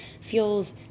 feels